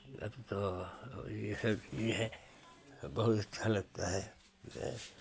अब तो तो अब तो ये है कि है तो बहुत अच्छा लगता है जो है